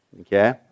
Okay